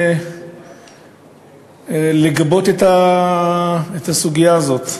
לגבות את הסוגיה הזאת.